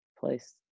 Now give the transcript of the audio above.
place